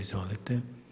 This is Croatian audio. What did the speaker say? Izvolite.